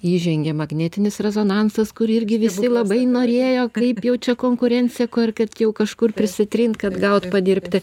įžengė magnetinis rezonansas kurį irgi visi labai norėjo kaip jau čia konkurencija kad jau kažkur prisitrint kad gaut padirbti